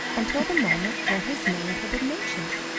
until the moment when his name had been mentioned,